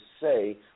say